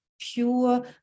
pure